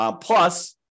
Plus